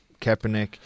Kaepernick